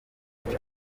canke